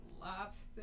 Lobster